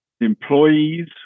employees